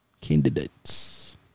Candidates